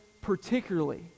particularly